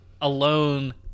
alone